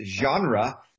genre